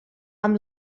amb